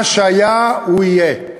מה שהיה הוא יהיה.